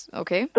okay